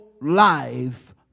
life